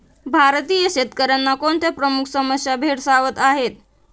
भारतीय शेतकऱ्यांना कोणत्या प्रमुख समस्या भेडसावत आहेत?